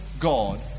god